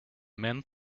men